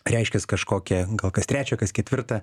reiškias kažkokią gal kas trečią kas ketvirtą